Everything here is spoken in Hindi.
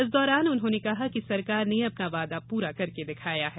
इस दौरान उन्होंने कहा कि सरकार ने अपना वादा पूरा करके दिखाया है